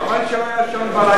חבל שלא ישנת בלילה.